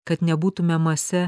kad nebūtume mase